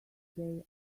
they